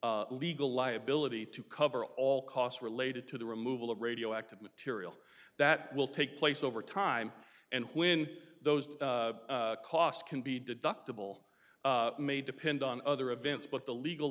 legal liability to cover all costs related to the removal of radioactive material that will take place over time and when those costs can be deductible may depend on other events but the legal